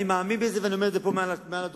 אני מאמין בזה ואני אומר את זה פה מעל הדוכן.